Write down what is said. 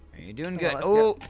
you're doing good oohh!